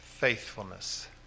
Faithfulness